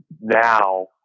now